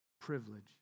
Privilege